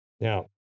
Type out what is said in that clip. Now